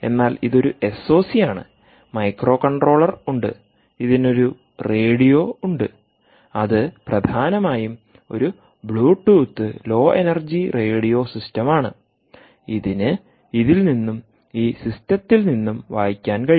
എന്നാൽ ഇത് ഒരു എസ്ഒസി ആണ്മൈക്രോകൺട്രോളർ ഉണ്ട് ഇതിന് ഒരു റേഡിയോ ഉണ്ട് അത് പ്രധാനമായും ഒരു Bluetooth low energy radio system ആണ് ഇതിന് ഇതിൽ നിന്നും ഈ സിസ്റ്റത്തിൽ നിന്നും വായിക്കാൻ കഴിയും